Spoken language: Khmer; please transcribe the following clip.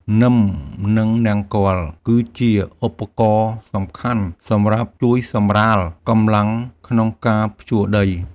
នឹម និងនង្គ័ល គឺជាឧបករណ៍សំខាន់សម្រាប់ជួយសម្រាលកម្លាំងក្នុងការភ្ជួរដី។